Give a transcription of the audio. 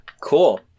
Cool